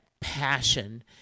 passion